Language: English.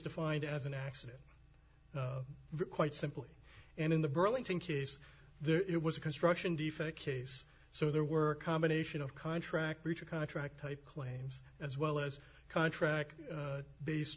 defined as an accident quite simply and in the burlington case there it was a construction defecates so there were a combination of contract breach of contract type claims as well as contract